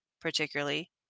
particularly